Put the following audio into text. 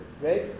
right